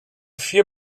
vier